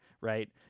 right